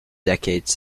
decades